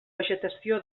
vegetació